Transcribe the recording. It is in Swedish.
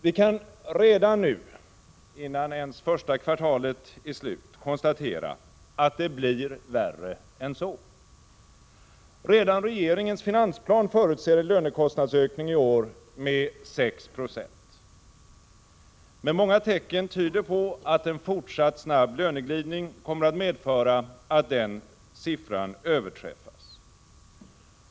Vi kan redan nu, innan ens första kvartalet är slut, konstatera att det blir värre än så. Redan regeringens finansplan förutser en lönekostnadsökning i år med 6 90. Men många tecken tyder på att en fortsatt snabb löneglidning kommer att medföra att den siffran överträffas.